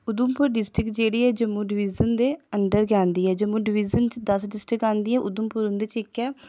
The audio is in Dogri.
उधमपुर डिस्ट्रिक जेह्ड़ी ऐ जम्मू डिविजन दे अंदर गै औंदी ऐ जम्मू डिविजन च दस्स डिस्ट्रिकां औंदियां न उधमपुर उं'दे च इक ऐ